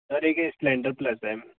और एक ये सप्लेनडर प्लस है